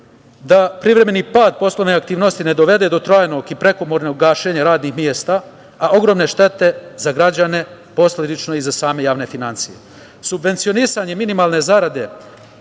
da privremeni pad poslovne aktivnosti ne dovede do trajnog i prekomernog gašenja radnih mesta, a ogromne štete za građane posledično i za same javne finansije. Subvencionisanje minimalne zarade,